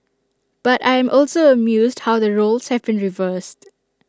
but I am also amused how the roles have been reversed